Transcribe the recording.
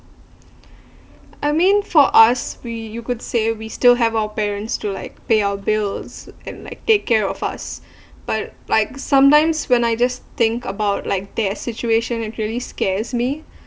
I mean for us we you could say we still have our parents to like pay our bills and like take care of us but like sometimes when I just think about like their situation it really scares me